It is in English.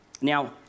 Now